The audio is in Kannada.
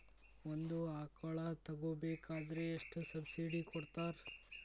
ಒಂದು ಆಕಳ ತಗೋಬೇಕಾದ್ರೆ ಎಷ್ಟು ಸಬ್ಸಿಡಿ ಕೊಡ್ತಾರ್?